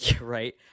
right